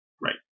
Right